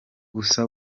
gusa